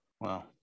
wow